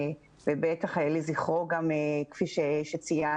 ובטח כפי שציינתם,